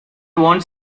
wants